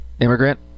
immigrant